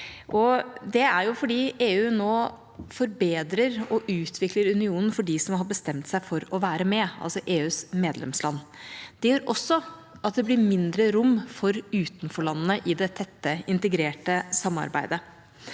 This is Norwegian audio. Det er fordi EU nå forbedrer og utvikler unionen for dem som har bestemt seg for å være med, altså EUs medlemsland. Det gjør også at det blir mindre rom for utenforlandene i det tette, integrerte samarbeidet.